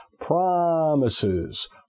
promises